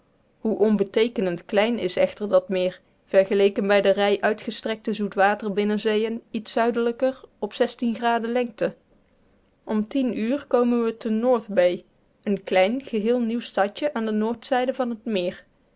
hoe onbeteekenend klein is echter dat meer vergeleken bij de rij uitgestrekte zoetwater binnenzeeën iets zuidelijker op lengte om tien uur komen we te north bay een klein geheel nieuw stadje aan de noordzijde van het meer